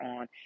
on